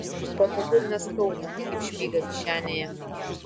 patogu ir neskauda kaip špyga kišenėje